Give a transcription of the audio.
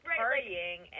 partying